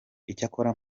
icyakora